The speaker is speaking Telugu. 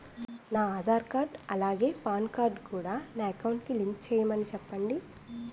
నా ఆధార్ కార్డ్ అలాగే పాన్ కార్డ్ కూడా నా అకౌంట్ కి లింక్ చేయమని చెప్పండి